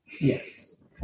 Yes